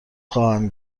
خواهم